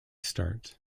start